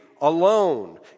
alone